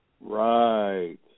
Right